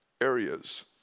areas